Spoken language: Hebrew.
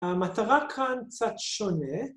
‫המטרה כאן קצת שונה.